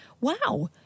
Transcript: Wow